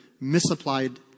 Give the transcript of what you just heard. misapplied